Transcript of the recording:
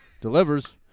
delivers